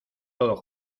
todos